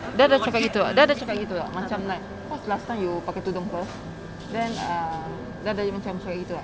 dia ada cakap gitu dia ada cakap gitu tak like cause last time you pakai tudung [pe] then err dia ada macam cakap gitu tak